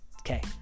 Okay